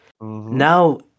Now